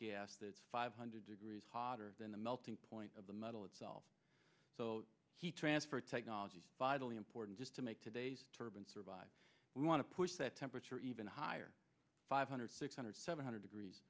gas that's five hundred degrees hotter than the melting point of the metal itself so he transfer technology vitally important just to make today's turban survive we want to push that temperature even higher five hundred six hundred seven hundred degrees